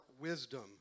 wisdom